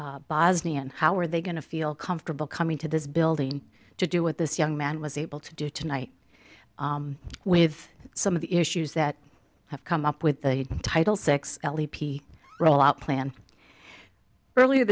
bosnian how are they going to feel comfortable coming to this building to do what this young man was able to do tonight with some of the issues that have come up with the title six l t p rollout plan earlier